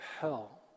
hell